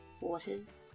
waters